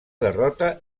derrota